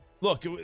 look